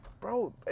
Bro